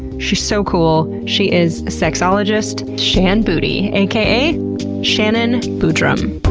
she's so cool, she is sexologist shan boody aka shannon boodram.